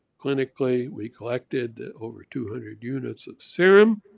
clinically we collected over two hundred units of serum.